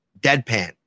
deadpan